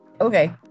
Okay